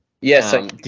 Yes